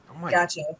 gotcha